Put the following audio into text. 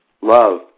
Love